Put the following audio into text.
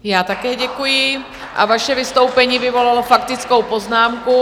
Já také děkuji a vaše vystoupení vyvolalo faktickou poznámku.